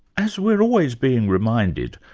as we're always being reminded,